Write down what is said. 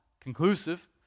conclusive